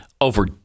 over